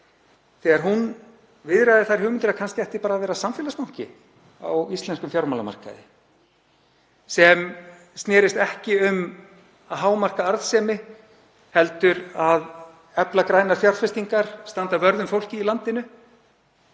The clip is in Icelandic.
þegar hún viðraði þær hugmyndir að kannski ætti bara að vera samfélagsbanki á íslenskum fjármálamarkaði sem snerist ekki um að hámarka arðsemi heldur að efla grænar fjárfestingar, standa vörð um fólkið í landinu.